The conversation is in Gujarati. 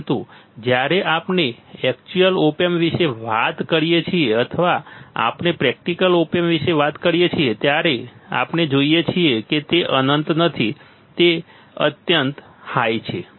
પરંતુ જ્યારે આપણે એક્ચ્યુઅલ ઓપ એમ્પ વિશે વાત કરીએ છીએ અથવા આપણે પ્રેક્ટિકલ ઓપ એમ્પ વિશે વાત કરીએ છીએ ત્યારે આપણે જોઈએ છીએ કે તે અનંત નથી તે અત્યંત હાઈ છે